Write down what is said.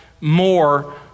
more